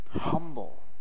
Humble